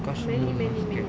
cause she also scared